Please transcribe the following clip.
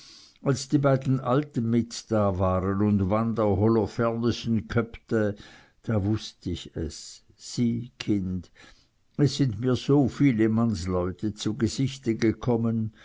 als die beiden alten mit da waren und wanda holofernessen köppte da wußt ich es sieh kind es sind mir so viele mannsleute zu gesichte gekommen